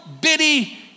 bitty